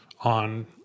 on